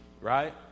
Right